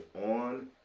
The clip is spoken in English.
on